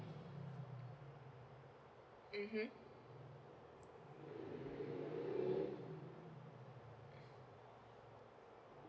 mmhmm